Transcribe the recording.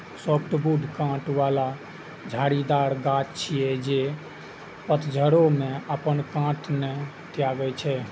softwood कांट बला झाड़ीदार गाछ छियै, जे पतझड़ो मे अपन कांट नै त्यागै छै